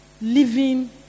Living